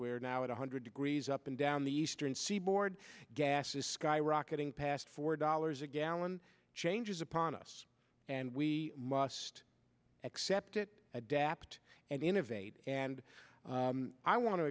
where now at one hundred degrees up and down the eastern seaboard gas is skyrocketing past four dollars a gallon change is upon us and we must accept it adapt and innovate and i want to